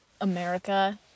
America